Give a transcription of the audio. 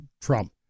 Trump